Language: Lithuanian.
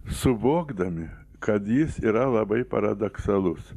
suvokdami kad jis yra labai paradoksalus